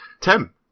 Tim